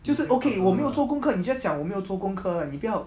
就是 okay 我没有做功课 you just 讲我没有做功课 right 你不要